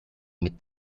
mit